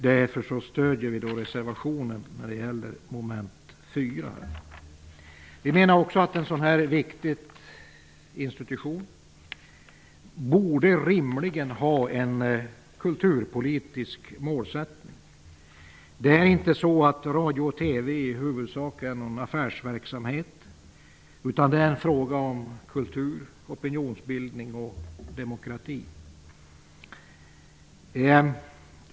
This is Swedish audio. Därför stöder vi reservationen när det gäller mom. 4. Vi menar också att en sådan här viktig institution rimligen borde ha en kulturpolitisk målsättning. Radio och TV är inte huvudsakligen affärsverksamheter, utan det är fråga om kultur, opinionsbildning och demokrati.